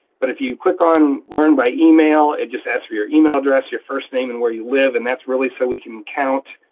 but if you click on learn by email, it just asks for your email address, your first name, and where you live, and that's really so we can count,